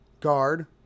guard